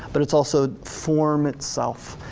but it's also form itself.